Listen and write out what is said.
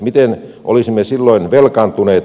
miten olisimme silloin velkaantuneet